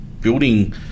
building